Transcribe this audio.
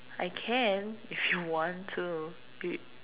I can if you want to you